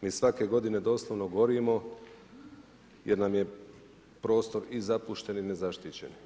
Mi svake godine, doslovno gorimo, jer nam je prostor i zapušten i nezaštićen.